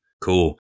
Cool